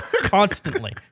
constantly